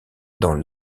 dans